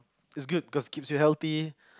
it's good because it keeps you healthy